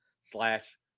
slash